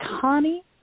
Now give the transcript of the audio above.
Connie